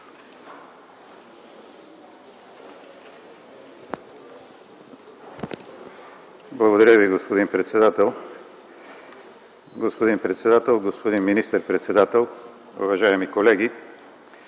Благодаря Ви, господин председател. Господин председател, господин министър-председател, уважаеми колеги!